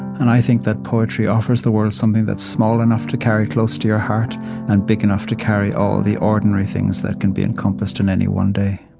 and i think that poetry offers the world something that's small enough to carry close to your heart and big enough to carry all the ordinary things that can be encompassed in any one day